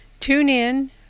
TuneIn